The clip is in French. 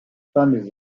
femmes